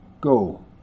go